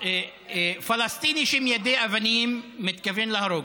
פלסטיני שמיידה אבנים מתכוון להרוג,